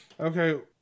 okay